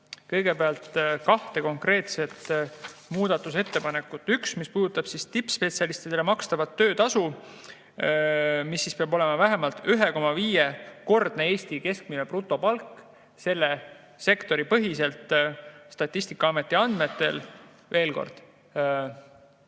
kõigepealt kahte konkreetset muudatusettepanekut. Üks on see, mis puudutab tippspetsialistidele makstavat töötasu, mis peab olema vähemalt 1,5-kordne Eesti keskmine brutopalk sellessamas sektoris Statistikaameti andmetel. Veel kord: